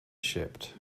shipped